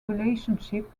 relationship